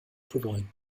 provide